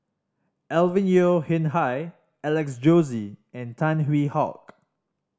Alvin Yeo Khirn Hai Alex Josey and Tan Hwee Hock